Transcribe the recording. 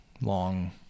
long